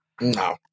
No